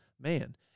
man